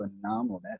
phenomenal